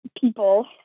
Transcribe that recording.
people